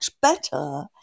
better